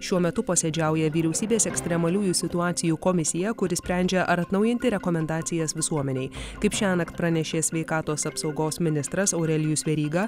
šiuo metu posėdžiauja vyriausybės ekstremaliųjų situacijų komisija kuri sprendžia ar atnaujinti rekomendacijas visuomenei kaip šiąnakt pranešė sveikatos apsaugos ministras aurelijus veryga